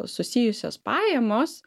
susijusios pajamos